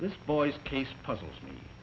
this boy's case puzzles me